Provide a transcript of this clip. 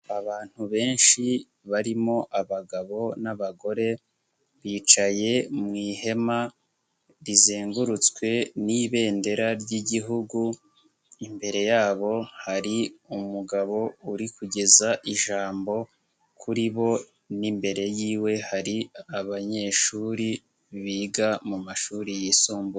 Abantu benshi barimo abagabo n'abagore, bicaye mu ihema rizengurutswe n'ibendera ry'Igihugu, imbere yabo hari umugabo uri kugeza ijambo kuri bo n'imbere y'iwe hari abanyeshuri biga mu mashuri yisumbuye.